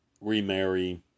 remarry